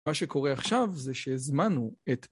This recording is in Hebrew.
מה שקורה עכשיו זה שהזמנו את...